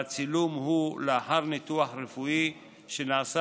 והצילום הוא לאחר ניתוח רפואי שנעשה